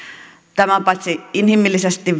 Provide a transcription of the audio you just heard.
tämä on paitsi inhimillisesti